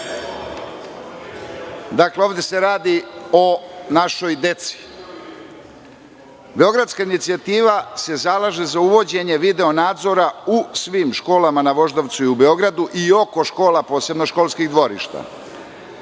ovde se radi o našoj deci. Beogradska inicijativa se zalaže za uvođenje video nadzora u svim školama na Voždovcu i u Beogradu i oko škola, posebno školskih dvorišta,